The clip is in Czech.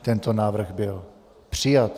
Tento návrh byl přijat.